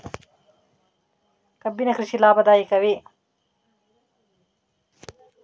ಕಬ್ಬಿನ ಕೃಷಿ ಲಾಭದಾಯಕವೇ?